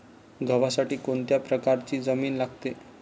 गव्हासाठी कोणत्या प्रकारची जमीन लागते?